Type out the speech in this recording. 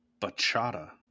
Bachata